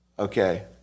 Okay